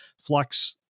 Flux